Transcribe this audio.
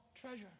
treasure